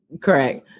Correct